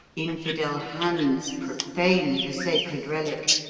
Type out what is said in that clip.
infidel hands profane the sacred relic,